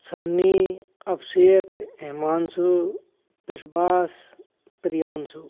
Sunny Abhishek Himanshu Vishwas Priyanshu